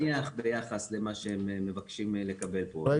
זה זניח ביחס למה שהם מבקשים לקבל פה.